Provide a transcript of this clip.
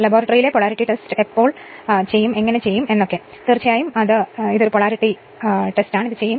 ലബോറട്ടറിയിലെ polarity എപ്പോൾ ചെയ്യുമെന്ന് ആണ് എങ്ങനെ കൈമാറ്റം ചെയ്യുന്നു തീർച്ചയായും ഇത് ചെയ്യും